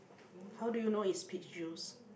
how do you know is peach juice